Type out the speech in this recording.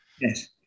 Yes